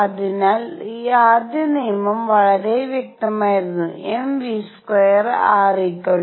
അതിനാൽ ആദ്യ നിയമം വളരെ വ്യക്തമായിരുന്നു mv²re²4πε₀